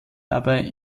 dabei